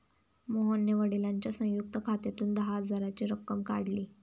मोहनने वडिलांच्या संयुक्त खात्यातून दहा हजाराची रक्कम काढली